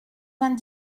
vingt